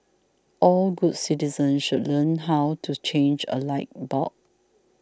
all good citizens should learn how to change a light bulb